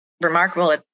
remarkable